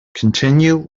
continue